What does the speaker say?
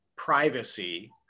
privacy